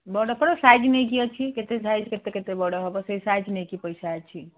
ବଡ଼ ବଡ଼ ସାଇଜ୍ ନେଇକି ଅଛି କେତେ ସାଇଜ୍ କେତେ କେତେ ବଡ଼ ହବ ସେଇ ସାଇଜ୍ ନେଇକି ପଇସା ଅଛି